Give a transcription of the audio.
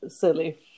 silly